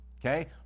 okay